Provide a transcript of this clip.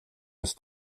ist